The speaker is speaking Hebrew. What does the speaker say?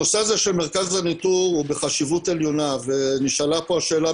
הנושא הזה של המרכז לניטור הוא בחשיבות עליונה ונשאלה פה השאלה,